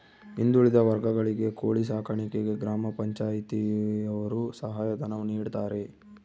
ಹಿಂದುಳಿದ ವರ್ಗಗಳಿಗೆ ಕೋಳಿ ಸಾಕಾಣಿಕೆಗೆ ಗ್ರಾಮ ಪಂಚಾಯ್ತಿ ಯವರು ಸಹಾಯ ಧನ ನೀಡ್ತಾರೆ